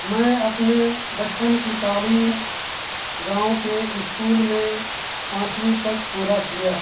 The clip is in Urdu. میں اپنے بچپن کی تعلیم گاؤں کے اسکول میں پانچویں تک پورا کیا